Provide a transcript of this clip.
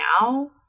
now